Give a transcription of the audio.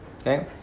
okay